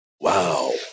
Wow